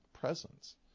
presence